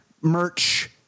merch